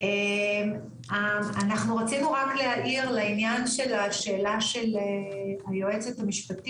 המקום היחידי בו יש איזושהי חובה,